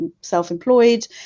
self-employed